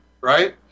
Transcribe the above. right